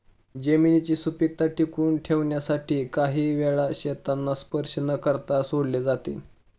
जमिनीची सुपीकता टिकवून ठेवण्यासाठी काही वेळा शेतांना स्पर्श न करता सोडले जाते